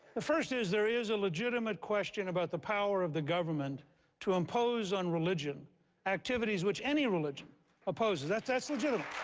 the first is there is a legitimate question about the power of the government to impose on religion activities which any religion opposes. that's that's legitimate.